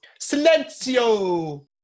Silencio